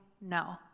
no